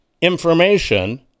information